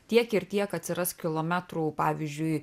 tiek ir tiek atsiras kilometrų pavyzdžiui